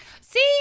See